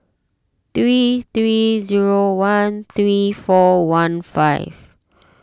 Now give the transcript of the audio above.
three three zero one three four one five